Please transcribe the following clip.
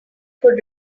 could